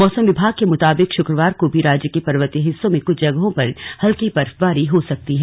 मौसम विभाग के मुताबिक शुक्रवार को भी राज्य के पर्वतीय हिस्सों में क्छ जगहों पर हलकी बर्फबारी हो सकती है